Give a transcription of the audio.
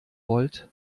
wollt